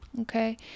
Okay